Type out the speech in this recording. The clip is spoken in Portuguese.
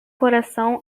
coração